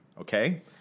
Okay